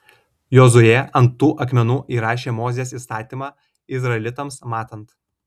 jozuė ant tų akmenų įrašė mozės įstatymą izraelitams matant